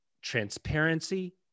transparency